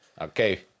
Okay